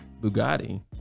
Bugatti